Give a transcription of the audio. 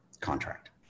contract